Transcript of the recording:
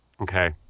Okay